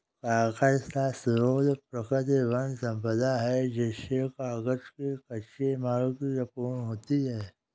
कागज का स्रोत प्राकृतिक वन सम्पदा है जिससे कागज के कच्चे माल की आपूर्ति होती है